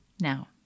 now